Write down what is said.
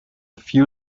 few